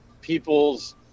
people's